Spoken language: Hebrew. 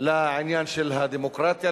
לעניין של הדמוקרטיה,